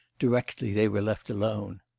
directly they were left alone.